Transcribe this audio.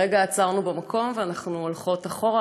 רגע עצרנו במקום, ואנחנו הולכות אחורה.